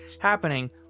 happening